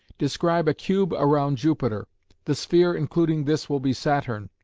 describe a cube round jupiter the sphere including this will be saturn.